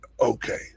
Okay